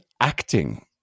acting